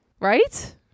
Right